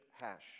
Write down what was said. hash